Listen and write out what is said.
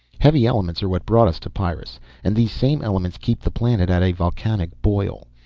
heavy elements are what brought us to pyrrus and these same elements keep the planet at a volcanic boil.